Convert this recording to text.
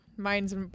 mine's